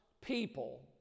people